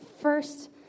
first